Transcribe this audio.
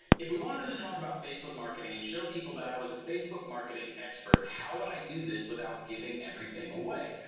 if we wanted to to talk about facebook marketing and show people that i was a facebook marketing expert, how would i do this without giving everything away?